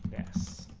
yes,